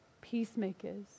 Peacemakers